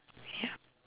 yep